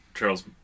Charles